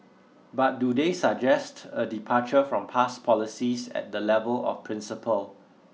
but do they suggest a departure from past policies at the level of principle